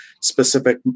specific